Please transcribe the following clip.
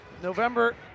November